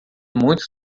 muito